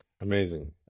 amazing